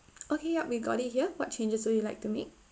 okay ya we got it here what changes would you like to make